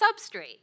substrate